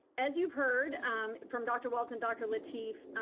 as you've heard from dr. walts and dr. lateef,